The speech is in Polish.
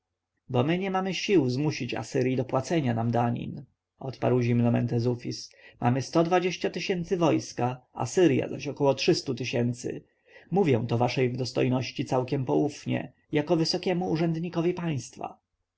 bo my nie mamy sił zmusić asyrji do płacenia nam danin odparł zimno mentezufis mamy sto dwadzieścia tysięcy wojska asyrja zaś około trzystu tysięcy mówię to waszej dostojności całkiem poufnie jako wysokiemu urzędnikowi państwa